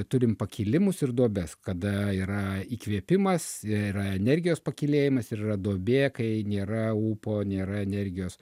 turim pakilimus ir duobes kada yra įkvėpimas yra energijos pakylėjimas ir yra duobė kai nėra ūpo nėra energijos